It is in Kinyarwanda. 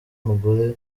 umugore